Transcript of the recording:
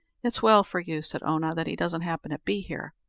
it's well for you, said oonagh, that he doesn't happen to be here,